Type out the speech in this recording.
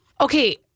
Okay